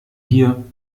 hier